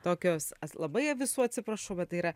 tokios labai visų atsiprašau bet tai yra